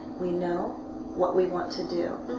we know what we want to do.